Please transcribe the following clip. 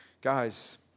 Guys